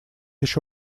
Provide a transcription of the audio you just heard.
еще